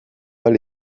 ahal